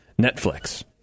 Netflix